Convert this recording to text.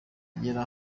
agera